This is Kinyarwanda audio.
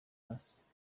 hasi